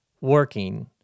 working